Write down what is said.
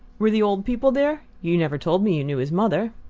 were the old people there? you never told me you knew his mother.